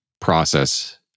process